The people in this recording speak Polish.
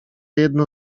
jedno